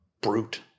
Brute